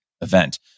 event